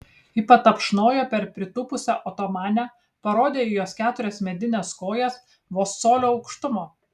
ji patapšnojo per pritūpusią otomanę parodė į jos keturias medines kojas vos colio aukštumo